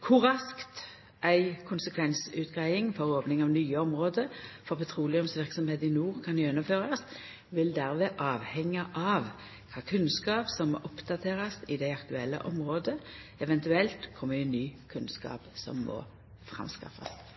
Kor raskt ei konsekvensutgreiing for opning av nye område for petroleumsverksemd i nord kan gjennomførast, vil dermed vera avhengig av kva for kunnskap som må oppdaterast i dei aktuelle områda, eventuelt kor mykje ny kunnskap som må framskaffast.